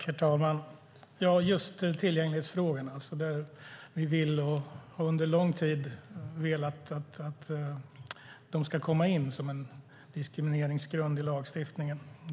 Herr talman! När det gäller tillgänglighetsfrågorna har vi länge velat att bristande tillgänglighet ska komma in som en diskrimineringsgrund i lagstiftningen.